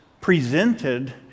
presented